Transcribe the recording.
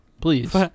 please